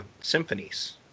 symphonies